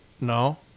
no